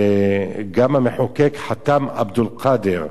וגם המחוקק חאתם עבד אל-קאדר,